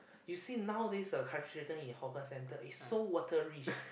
you see nowadays the curry chicken in hawker center is so watery